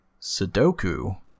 Sudoku